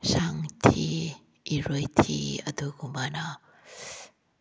ꯁꯟꯊꯤ ꯏꯔꯣꯏꯊꯤ ꯑꯗꯨꯒꯨꯝꯕꯅ